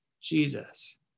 Jesus